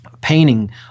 painting